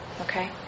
Okay